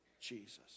Jesus